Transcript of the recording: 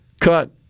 cut